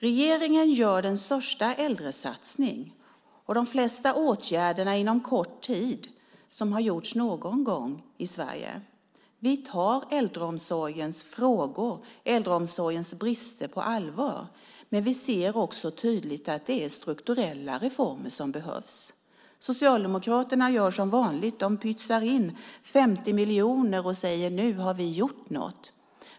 Regeringen gör den största äldresatsning, och de flesta åtgärderna inom kort tid, som har gjorts någon gång i Sverige. Vi tar äldreomsorgens brister på allvar. Men vi ser också tydligt att det är strukturella reformer som behövs. Socialdemokraterna gör som vanligt. De pytsar in pengar, 50 miljoner, och säger: Nu har vi gjort något.